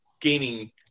gaining